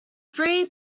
free